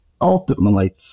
ultimately